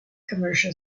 commercial